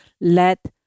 let